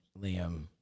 Liam